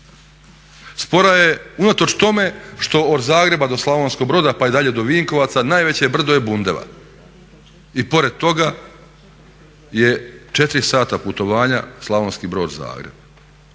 Spora je unatoč tome što od Zagreba do Slavonskog Broda pa dalje do Vinkovaca najveće brdo je bundeva i pored toga je 4 sata putovanja Slavonski Brod-Zagreb.